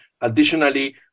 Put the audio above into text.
Additionally